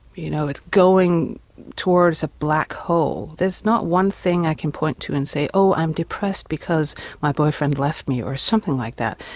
you know it's going towards a black hole. there's not one thing i can point to and say oh i'm depressed because my boyfriend left me, or something like that.